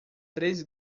três